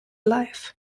life